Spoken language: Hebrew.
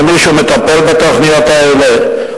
האם מישהו מטפל בתוכניות האלה?